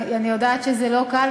אני יודעת שזה לא קל,